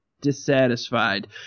dissatisfied